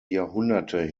jahrhunderte